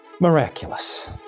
miraculous